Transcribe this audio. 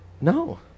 No